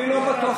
אני לא בטוח.